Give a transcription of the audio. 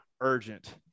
urgent